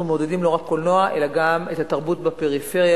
אנחנו מעודדים לא רק קולנוע אלא גם את התרבות בפריפריה,